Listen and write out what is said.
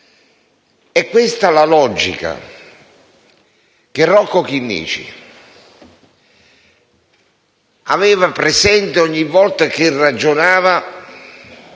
È questa la logica che Rocco Chinnici aveva presente ogni volta che ragionava